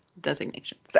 designations